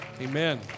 Amen